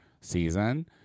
season